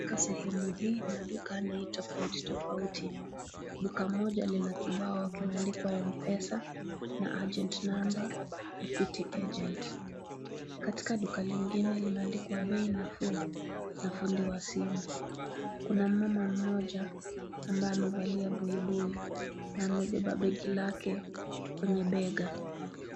Katika sehemu hii maduka ni tofauti tofauti duka moja lina kibao kimeandikwa MPESA na Agent Number, Equity Agent . Katika duka lingine limeandikwa bei nafuu na fundi wa simu. Kuna mama mmoja ambaye amevalia buibui na amebeba begi lake kwenye bega.